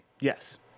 Yes